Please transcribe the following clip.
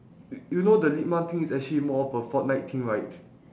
y~ you know the LIGMA thing is actually more of a fortnite thing right